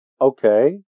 Okay